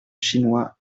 chinois